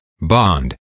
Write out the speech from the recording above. bond